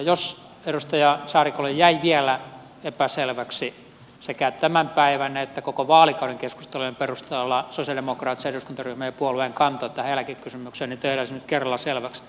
jos edustaja saarikolle jäi vielä epäselväksi sekä tämän päivän että koko vaalikauden keskustelujen perusteella sosialidemokraattisen eduskuntaryhmän ja puolueen kanta tähän eläkekysymykseen niin tehdään se nyt kerralla selväksi